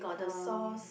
um